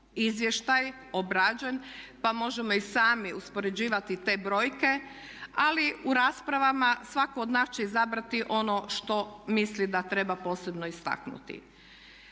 izvještaj obrađen, pa možemo i sami uspoređivati te brojke. Ali u raspravama svatko od nas će izabrati ono što misli da treba posebno istaknuti.